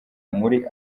muri